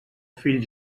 fill